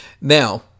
Now